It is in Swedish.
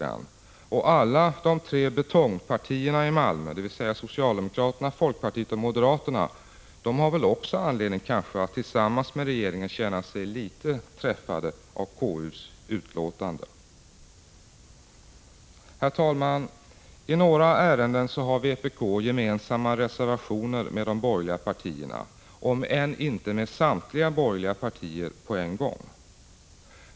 Alla de tre ”betongpartierna” i Malmö — dvs. socialdemokraterna, folkpartiet och moderaterna — har väl kanske också anledning att tillsammans med regeringen känna sig litet träffade av KU:s Herr talman! I några ärenden har vpk och de borgerliga partierna gemensamma reservationer — om än inte med samtliga borgerliga partier på en gång.